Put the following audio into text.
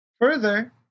further